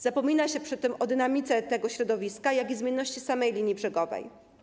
Zapomina się przy tym zarówno o dynamice tego środowiska, jak i zmienności samej linii brzegowej.